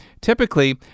Typically